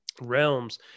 realms